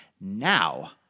Now